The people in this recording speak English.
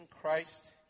Christ